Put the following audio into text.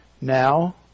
Now